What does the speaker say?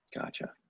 Gotcha